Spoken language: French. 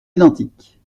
identiques